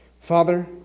Father